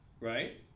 right